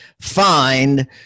find